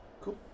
Cool